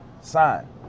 Sign